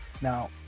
Now